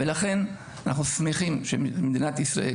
לכן אנחנו שמחים שמדינת ישראל